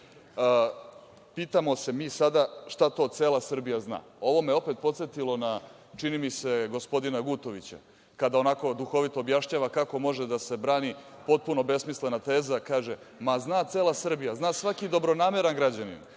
može. Pitamo se mi sada šta to cela Srbija zna. Ovo me podsetilo na, čini mi se, gospodina Gutovića, kada onako duhovito objašnjava kako može da se brani potpuno besmislena teza, kaže - ma, zna cela Srbija, zna svaki dobronameran građanin